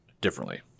differently